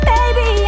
Baby